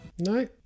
No